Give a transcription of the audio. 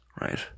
right